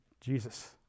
Jesus